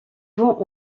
vend